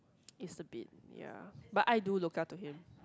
is a bit ya but I do look up to him